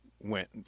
went